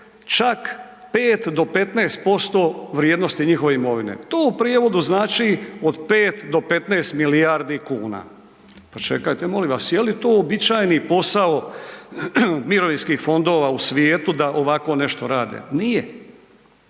čak 5 do 15% vrijednosti njihove imovine. To u prijevodu znači od 5 do 15 milijardi kuna. Pa čekajte molim vas, jeli to uobičajeni posao mirovinskih fondova u svijetu da ovako nešto rade? Nije.